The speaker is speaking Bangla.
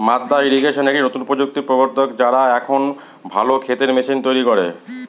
মাদ্দা ইরিগেশন একটি নতুন প্রযুক্তির প্রবর্তক, যারা এখন ভালো ক্ষেতের মেশিন তৈরী করে